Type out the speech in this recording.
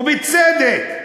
ובצדק.